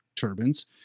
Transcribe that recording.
turbines